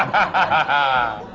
i